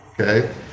okay